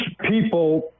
people